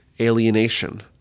alienation